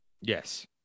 Yes